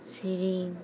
ᱥᱮᱨᱮᱧ